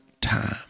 time